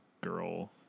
girl